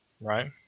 right